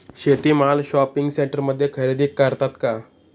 शेती माल शॉपिंग सेंटरमध्ये खरेदी करतात का?